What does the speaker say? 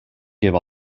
give